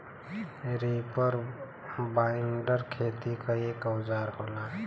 reaper binder खेती क एक औजार होला